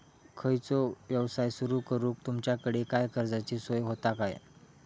खयचो यवसाय सुरू करूक तुमच्याकडे काय कर्जाची सोय होता काय?